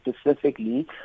specifically